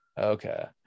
Okay